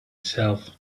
itself